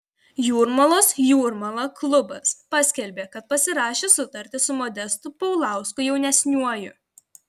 jūrmalos jūrmala klubas paskelbė kad pasirašė sutartį su modestu paulausku jaunesniuoju